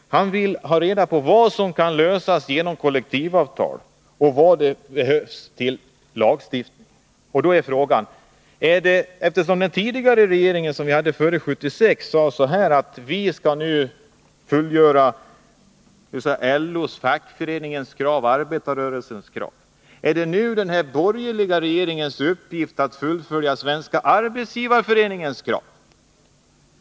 Han vill ha reda på vad som kan lösas genom kollektivavtal och vilken lagstiftning som behövs. Jag vill då ställa en fråga. Den regering vi hade före 1976 sade att man skulle fullgöra LO:s, fackföreningarnas och arbetarrörelsens krav. Är det då den borgerliga regeringens uppgift att fullfölja Svenska arbetsgivareföreningens krav?